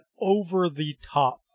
over-the-top